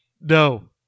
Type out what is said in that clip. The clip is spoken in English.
No